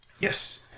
yes